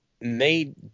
made